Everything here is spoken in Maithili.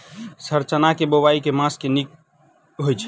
सर चना केँ बोवाई केँ मास मे नीक होइ छैय?